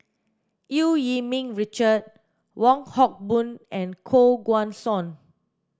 Eu Yee Ming Richard Wong Hock Boon and Koh Guan Song